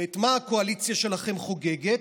את מה הקואליציה שלכם חוגגת?